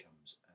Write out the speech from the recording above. comes